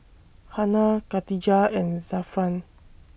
Hana Katijah and Zafran